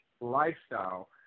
lifestyle